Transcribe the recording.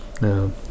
no